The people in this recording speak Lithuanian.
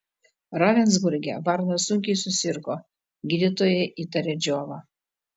ravensburge varnas sunkiai susirgo gydytojai įtarė džiovą